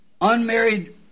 unmarried